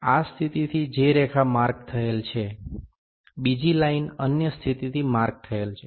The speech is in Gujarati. આ સ્થિતિથી જે રેખા માર્ક થયેલ છે બીજી લાઇન અન્ય સ્થિતિથી માર્ક થયેલ છે